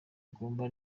agomba